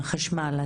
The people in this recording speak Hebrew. החשמל,